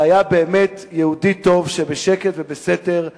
הוא היה יהודי טוב, שבשקט ובסתר עזר,